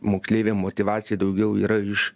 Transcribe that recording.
moksleiviam motyvacija daugiau yra iš